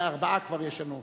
ארבעה כבר יש לנו,